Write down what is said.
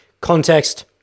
Context